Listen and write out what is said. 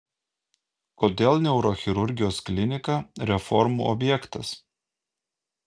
kodėl neurochirurgijos klinika reformų objektas